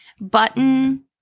Button